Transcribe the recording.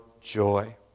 joy